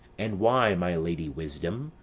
and why, my lady wisdom?